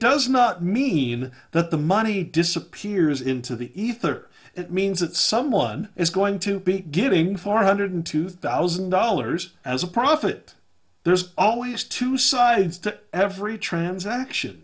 does not mean that the money disappears into the ether it means that someone is going to be getting four hundred two thousand dollars as a profit there's always two sides to every transaction